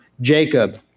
Jacob